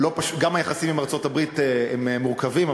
גם היחסים עם ארצות-הברית הם מורכבים,